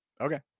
Okay